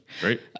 Great